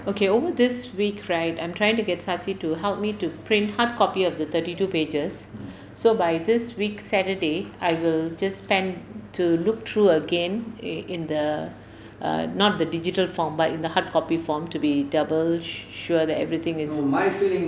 okay over this week right I'm trying to get sachi to help me to print hardcopy of the thirty two pages so by this week saturday I will just spend to look through again in the err not the digital form by in the hardcopy form to be double sure that everything is